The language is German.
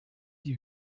die